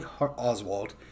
Oswald